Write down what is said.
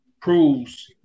proves